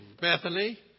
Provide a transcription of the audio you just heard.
Bethany